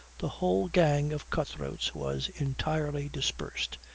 the whole gang of cut-throats was entirely dispersed,